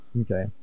Okay